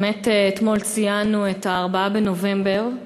באמת אתמול ציינו את ה-4 בנובמבר,